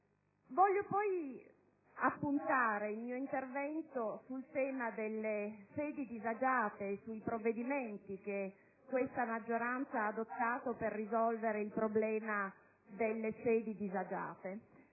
Desidero poi appuntare il mio intervento sul tema delle sedi disagiate e sui provvedimenti che questa maggioranza ha adottato per risolvere tale problema. Anche se l'ha già